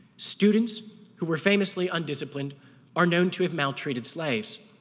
students who were famously undisciplined are known to have maltreated slaves.